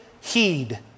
heed